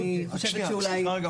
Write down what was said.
אני חושבת שאולי --- סליחה רגע,